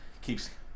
keeps